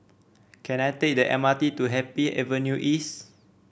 can I take the M R T to Happy Avenue East